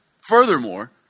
Furthermore